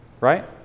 right